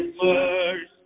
mercy